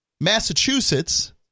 Massachusetts